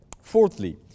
Fourthly